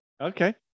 Okay